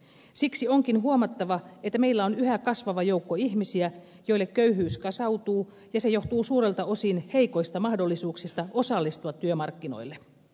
siksi onkin huomattava että meillä on yhä kasvava joukko ihmisiä joille köyhyys kasautuu ja se johtuu suurelta osin heikoista mahdollisuuksista osallistua työmarkkinoille